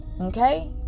Okay